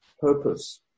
purpose